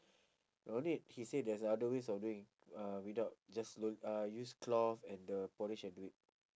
no need he say there's other ways of doing uh without just learn ah use cloth and the polish and do it